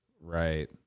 Right